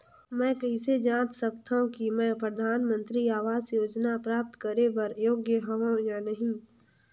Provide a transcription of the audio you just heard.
मैं कइसे जांच सकथव कि मैं परधानमंतरी आवास योजना प्राप्त करे बर योग्य हववं या नहीं?